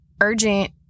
urgent